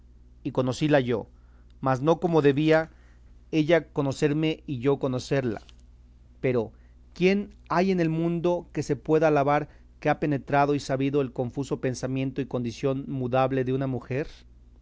y conocíla yo mas no como debía ella conocerme y yo conocerla pero quién hay en el mundo que se pueda alabar que ha penetrado y sabido el confuso pensamiento y condición mudable de una mujer